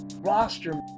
roster